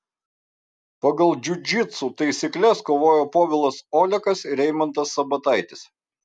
pagal džiudžitsu taisykles kovojo povilas olekas ir eimantas sabataitis